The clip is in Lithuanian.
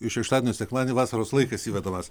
iš šeštadienio į sekmadienį vasaros laikas įvedamas